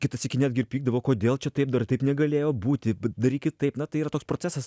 kitą sykį netgi ir pykdavo kodėl čia taip darai taip negalėjo būti darykit taip na tai yra toks procesas